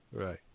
right